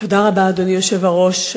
תודה רבה, אדוני היושב-ראש.